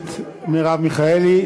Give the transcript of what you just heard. הכנסת מרב מיכאלי.